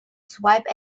swipe